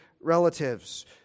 relatives